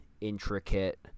intricate